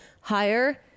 higher